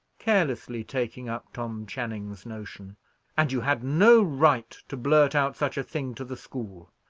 carelessly taking up tom channing's notion and you had no right to blurt out such a thing to the school.